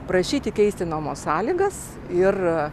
prašyti keisti nuomos sąlygas ir